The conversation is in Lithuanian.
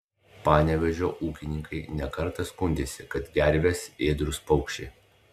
panevėžio ūkininkai ne kartą skundėsi kad gervės ėdrūs paukščiai